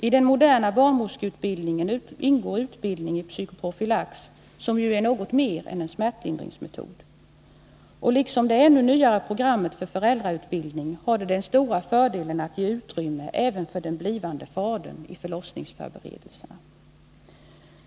I den moderna barnmorskeutbildningen ingår utbildning i psykoprofylax, som ju är något mer än en smärtlindringsmetod och liksom det ännu nyare programmet för föräldrautbildning har den stora fördelen att ge utrymme även för den blivande fadern i förlossningsförberedelserna.